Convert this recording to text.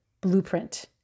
blueprint